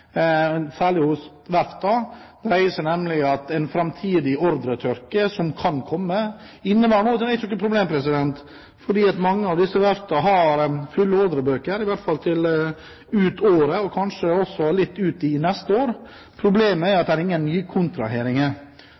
særlig hos verftene – dreier seg om en framtidig ordretørke som kan komme. Inneværende år er ikke noe problem, for mange av disse verftene har fulle ordrebøker i hvert fall ut året og kanskje også litt ut i neste år. Problemet er at det er ingen nye kontraheringer,